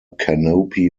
canopy